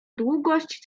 długość